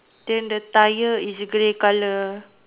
then the tyre is grey colour